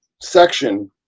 section